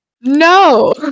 no